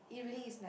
it really is life